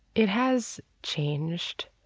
it has changed,